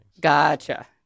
gotcha